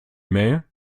mail